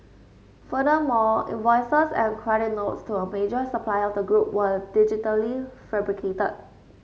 furthermore invoices and credit notes to a major supplier of the group were digitally fabricated